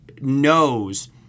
knows